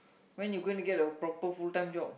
when you gonna get a proper full time job